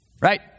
right